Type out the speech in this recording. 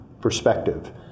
perspective